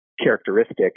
characteristic